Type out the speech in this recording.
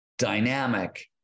Dynamic